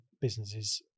businesses